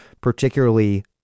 particularly